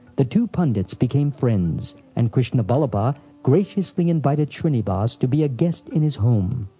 the two pundits became friends, and krishna ballabha graciously invited shrinivas to be a guest in his home.